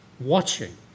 watching